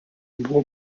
buvo